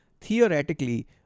theoretically